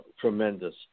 tremendous